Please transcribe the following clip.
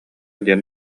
диэн